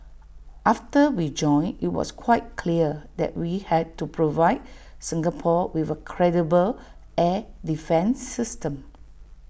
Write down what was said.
after we joined IT was quite clear that we had to provide Singapore with A credible air defence system